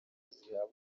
zihabwa